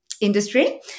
industry